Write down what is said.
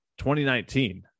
2019